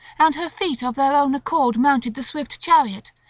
and her feet of their own accord mounted the swift chariot,